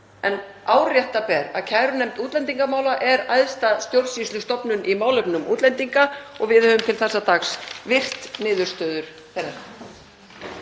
Árétta ber að kærunefnd útlendingamála er æðsta stjórnsýslustofnun í málefnum útlendinga og við höfum til þessa dags virt niðurstöður hennar.